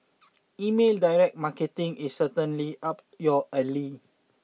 email direct marketing is certainly up your alley